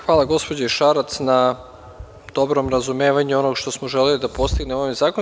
Hvala gospođi Šarac na dobrom razumevanju onoga što smo želeli da postignemo ovim zakonom.